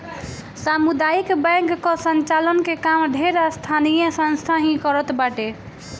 सामुदायिक बैंक कअ संचालन के काम ढेर स्थानीय संस्था ही करत बाटे